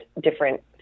different